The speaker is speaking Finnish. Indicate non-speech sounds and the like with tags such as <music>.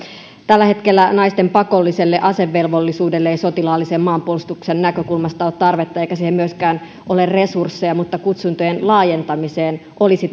tällä hetkellä naisten pakolliselle asevelvollisuudelle ei sotilaallisen maanpuolustuksen näkökulmasta ole tarvetta eikä siihen myöskään ole resursseja mutta kutsuntojen laajentamiseen olisi <unintelligible>